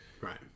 Right